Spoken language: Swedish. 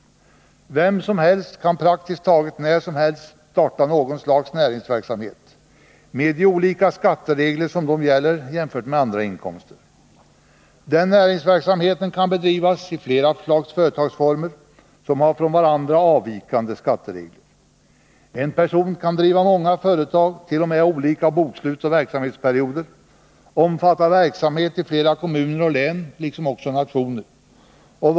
Vem som helst kan praktiskt taget när som helst starta något slags näringsverksamhet, med de olika skatteregler som då gäller jämfört med andra inkomster. Den näringsverksamheten kan bedrivas i flera slags företagsformer, som har från varandra avvikande skatteregler. En person kan driva många företag som t.o.m. har olika bokslutsoch verksamhetsperioder, omfattande verksamhet flera kommuner och län, liksom också i flera nationer.